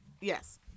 yes